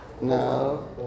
no